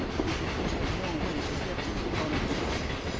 he could think of no way to get to it unobserved.